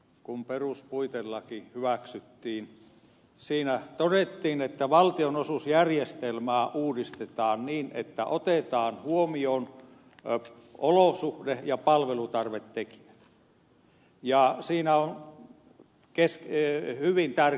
kun peruspuitelaki hyväksyttiin siinä todettiin että valtionosuusjärjestelmää uudistetaan niin että otetaan huomioon olosuhde ja palvelutarvetekijät ja siihen on hyvin tärkeä syy